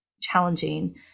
challenging